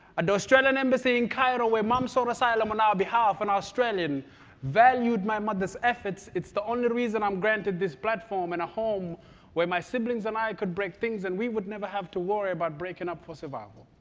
and australian embassy in cairo, where mom sought asylum on our behalf, an australian valued my mother's efforts. it's the only reason i'm granted this platform and a home where my siblings and i could break things, and we would never have to worry about breaking up for survival.